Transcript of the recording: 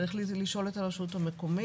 צריך לשאול את הרשות המקומית.